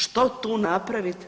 Što tu napraviti?